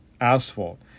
asphalt